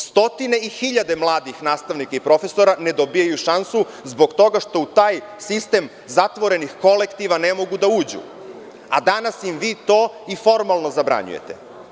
Stotine i hiljade mladih nastavnika i profesora ne dobijaju šansu zbog toga što u taj sistem zatvorenih kolektiva ne mogu da uđu, a danas im vi to formalno zabranjujete.